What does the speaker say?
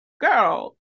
girl